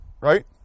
right